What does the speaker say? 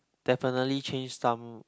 definitely change some